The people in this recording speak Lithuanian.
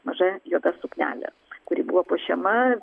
maža juoda suknelė kuri buvo puošiama